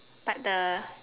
but the